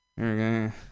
okay